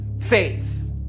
faith